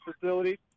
facility